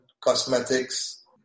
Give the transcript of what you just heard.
cosmetics